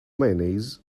mayonnaise